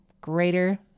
greater